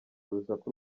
urusaku